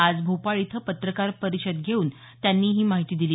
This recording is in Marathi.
आज भोपाळ इथं पत्रकार परिषद घेऊन त्यांनी ही माहिती दिली